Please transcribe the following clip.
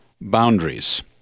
boundaries